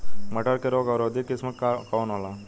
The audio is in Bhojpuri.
मटर के रोग अवरोधी किस्म कौन होला?